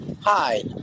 Hi